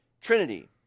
Trinity